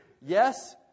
Yes